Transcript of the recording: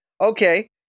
Okay